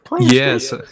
Yes